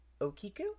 okiku